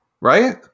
Right